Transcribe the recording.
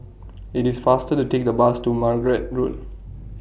IT IS faster to Take The Bus to Margate Road